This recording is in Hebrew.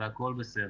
והכול בסדר.